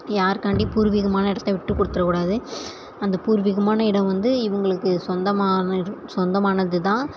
யார்க்காண்டியும் பூர்வீகமான இடத்த விட்டுக்கொடுத்துற கூடாது அந்த பூர்வீகமான இடம் வந்து இவங்களுக்கு சொந்தமான இது சொந்தமானதுதான்